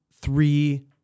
three